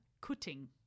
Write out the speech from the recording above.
cutting